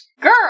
Girl